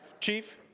Chief